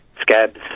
scabs